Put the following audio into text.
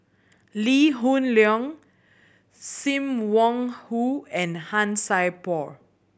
Lee Hoon Leong Sim Wong Hoo and Han Sai Por